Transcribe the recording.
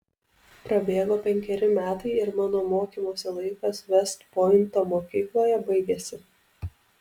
prabėgo penkeri metai ir mano mokymosi laikas vest pointo mokykloje baigėsi